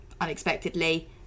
unexpectedly